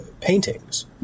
paintings